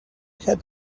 had